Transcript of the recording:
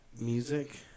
music